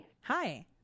Hi